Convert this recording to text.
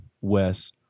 Wes